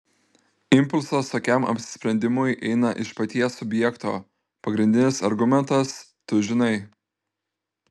impulsas tokiam apsisprendimui eina iš paties subjekto pagrindinis argumentas tu žinai